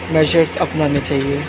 measures अपनाने चाहिएँ